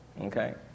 okay